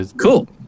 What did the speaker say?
Cool